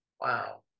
Wow